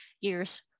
years